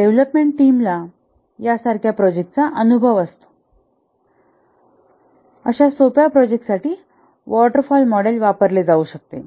आणि डेव्हलपमेंट टीमला यासारख्या प्रोजेक्टचा अनुभव असतो आणि अशा सोप्या प्रोजेक्ट साठी वॉटर फॉल मॉडेल वापरले जाऊ शकते